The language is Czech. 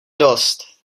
dost